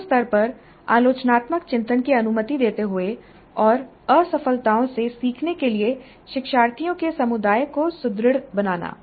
समूह स्तर पर आलोचनात्मक चिंतन की अनुमति देते हुए और असफलताओं से सीखने के लिए शिक्षार्थियों के समुदाय को सुदृढ़ बनाना